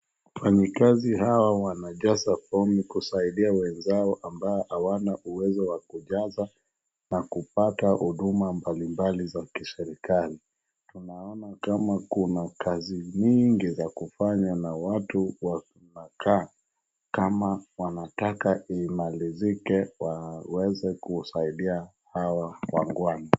Wafanyikazi hawa wanajaza fomu kusaidia wenzao ambao hawana uwezo wa kujaza na kupata huduma mbalimbali za kiserikali. Tunaona kama kuna kazi mingi za kufanya na watu wanakaa kama wanataka imalizike waweze kusaidia hawa wangwana.